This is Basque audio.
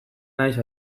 naiz